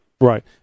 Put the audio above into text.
Right